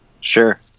Sure